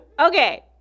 Okay